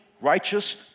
righteous